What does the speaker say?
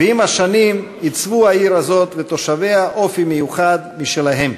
ועם השנים עיצבו העיר הזאת ותושביה אופי מיוחד משלהם,